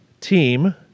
team